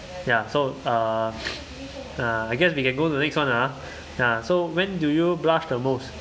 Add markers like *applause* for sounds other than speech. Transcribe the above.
ya so uh *noise* uh I guess we can go to the next one ah ya so when do you blush the most